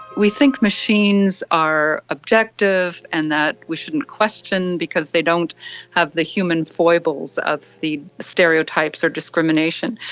we think machines are objective and that we shouldn't question because they don't have the human foibles of the stereotypes or discrimination,